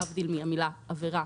להבדיל מהמילה עבירה